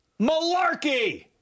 Malarkey